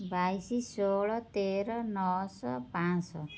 ବାଇଶି ଷୋହଳ ତେର ନଅଶହ ପାଞ୍ଚଶହ